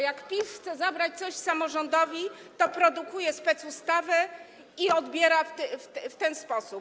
Jak PiS chce zabrać coś samorządowi, to produkuje specustawę i odbiera to w ten sposób.